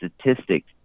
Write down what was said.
statistics